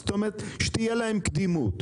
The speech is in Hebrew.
זאת אומרת שתהיה להם קדימות,